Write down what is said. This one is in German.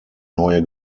neue